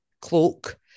cloak